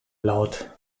laut